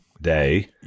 Day